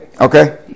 Okay